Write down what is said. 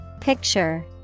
Picture